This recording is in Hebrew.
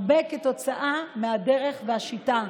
הרבה כתוצאה מהדרך והשיטה.